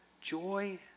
Joy